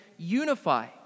unify